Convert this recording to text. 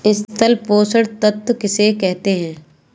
स्थूल पोषक तत्व किन्हें कहते हैं?